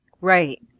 Right